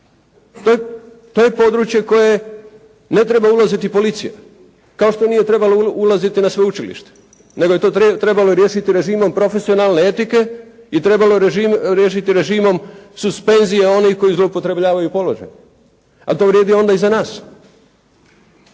To je područje u koje ne treba ulaziti policija, kao što nije trebala ulaziti na sveučilište, nego je to trebalo riješiti režimom profesionalne etike i trebalo je riješiti režimom suspenzije onih koji zloupotrebljavaju položaj. Ali to vrijedi onda i za nas.